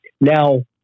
Now